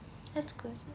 that's good